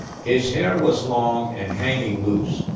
his hair was long and hanging loose,